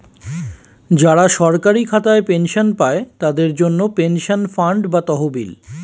যারা সরকারি খাতায় পেনশন পায়, তাদের জন্যে পেনশন ফান্ড বা তহবিল